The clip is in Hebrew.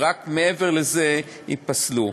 ורק מעבר לזה ייפסלו.